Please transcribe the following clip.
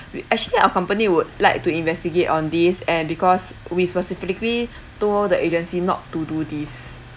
actually our company would like to investigate on this and because we specifically told the agency not to do this